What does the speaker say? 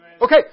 Okay